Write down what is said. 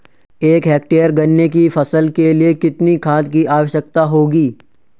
एक हेक्टेयर गन्ने की फसल के लिए कितनी खाद की आवश्यकता होगी?